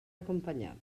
acompanyat